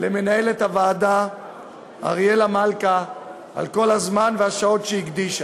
למנהלת הוועדה אריאלה מלכה על כל הזמן והשעות שהיא הקדישה.